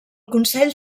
consell